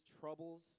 troubles